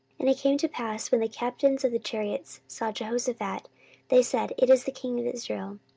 and it came to pass, when the captains of the chariots saw jehoshaphat, that they said, it is the king of israel.